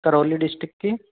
Karauli district की